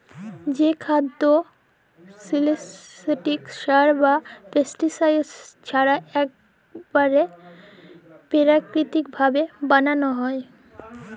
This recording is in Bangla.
যে খাদ্য কল সিলথেটিক সার বা পেস্টিসাইড ছাড়া ইকবারে পেরাকিতিক ভাবে বানালো হয়